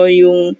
yung